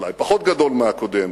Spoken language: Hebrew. אולי פחות גדול מהקודם,